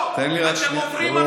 תן לי רק שנייה,